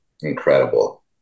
incredible